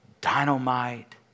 dynamite